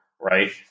right